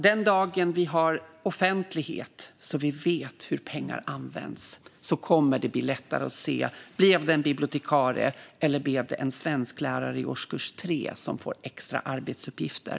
Den dagen vi har offentlighet så att vi vet hur pengar används kommer det att bli lättare att se om det blev en bibliotekarie eller om det blev en svensklärare i årskurs 3 som fick extra arbetsuppgifter.